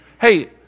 Hey